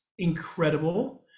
incredible